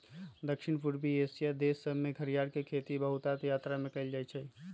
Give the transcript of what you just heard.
दक्षिण पूर्वी एशिया देश सभमें घरियार के खेती बहुतायत में कएल जाइ छइ